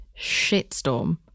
shitstorm